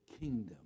kingdom